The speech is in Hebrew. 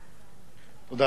אדוני היושב-ראש,